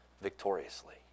victoriously